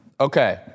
Okay